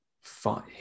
Five